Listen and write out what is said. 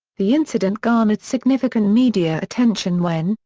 the incident garnered significant media attention when,